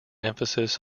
emphasis